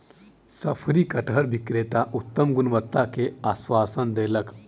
शफरी कटहर विक्रेता उत्तम गुणवत्ता के आश्वासन देलक